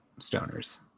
stoners